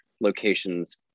locations